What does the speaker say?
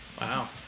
wow